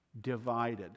divided